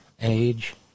age